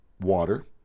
water